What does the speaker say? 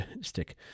stick